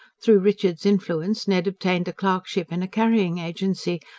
through richard's influence ned obtained a clerkship in a carrying-agency,